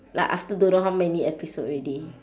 like after don't know how many episodes already